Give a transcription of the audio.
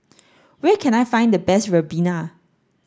Where can I find the best ribena